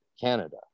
Canada